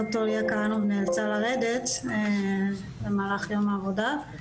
ד"ר ליאה כהנוב נאלצה לרדת למהלך יום העבודה.